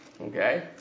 Okay